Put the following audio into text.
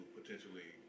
potentially